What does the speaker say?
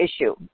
issue